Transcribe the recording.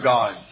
God